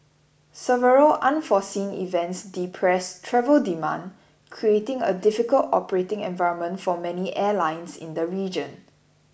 several unforeseen events depressed travel demand creating a difficult operating environment for many airlines in the region